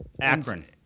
Akron